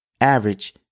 Average